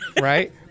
right